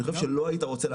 אני חושב שלא היית רוצה.